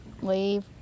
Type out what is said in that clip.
Leave